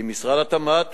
עם משרד התמ"ת,